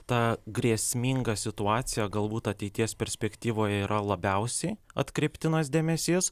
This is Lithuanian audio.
ta grėsminga situacija galbūt ateities perspektyvoje yra labiausiai atkreiptinas dėmesys